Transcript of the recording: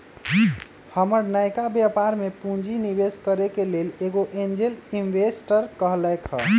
हमर नयका व्यापर में पूंजी निवेश करेके लेल एगो एंजेल इंवेस्टर कहलकै ह